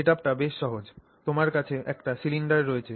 সেটআপটি বেশ সহজ তোমার কাছে একটি সিলিন্ডার রয়েছে